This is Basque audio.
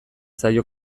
zaio